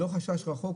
לא חשש רחוק,